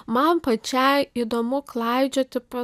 man pačiai įdomu klaidžioti po